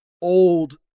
old